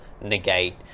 negate